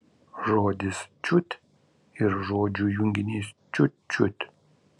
žodis čiut ir žodžių junginys čiut čiut